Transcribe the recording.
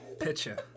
Picture